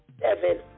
seven